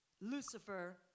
Lucifer